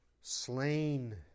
Slain